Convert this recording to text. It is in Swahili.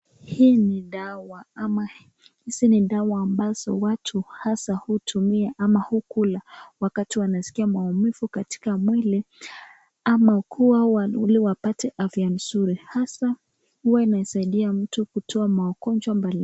Hii ni dawa ama hizi ni dawa ambazo watu hasa hutumia ama hukula wakati wanaskia maumivu katika mwili ama ili wapate afya nzuri. Hasa huwa inasaidia mtu kutoa magonjwa mbali mbali.